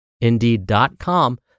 indeed.com